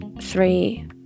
three